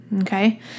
Okay